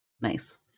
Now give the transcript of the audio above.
nice